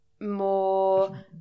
More